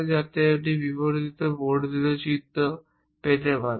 যাতে এটি বিবর্ধিত বা বর্ধিত চিত্র পেতে পারে